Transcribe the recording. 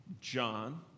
John